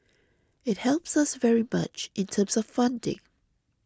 it helps us very much in terms of funding